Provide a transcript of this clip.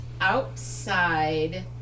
outside